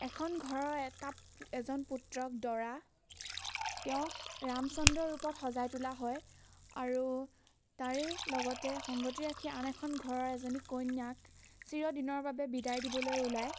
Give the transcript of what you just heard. এখন ঘৰৰ এটা এজন পুত্ৰক দৰা তেওঁক ৰামচন্দ্ৰৰ ৰূপত সজাই তোলা হয় আৰু তাৰে লগতে সংগতি ৰাখি আন এখন ঘৰৰ এজনী কন্যাক চিৰ দিনৰ বাবে বিদায় দিবলৈ ওলায়